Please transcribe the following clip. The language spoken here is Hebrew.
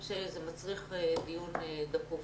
זה מצריך דיון דחוף.